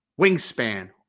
wingspan